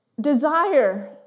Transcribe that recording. Desire